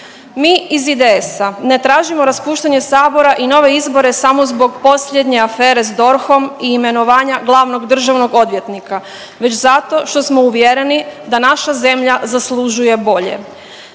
Mi iz IDS-a ne tražimo raspuštanje sabora i nove izbore samo zbog posljednje afere s DORH-om i imenovanja glavnog državnog odvjetnika već zato što smo uvjereni da naša zemlja zaslužuje bolje.